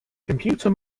computer